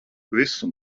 visu